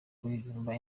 kuririmba